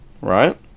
Right